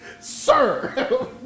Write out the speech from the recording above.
Sir